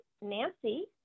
nancy